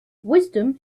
wisdom